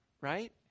right